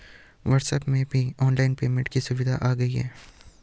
WhatsApp में भी online payment की सुविधा आ गई है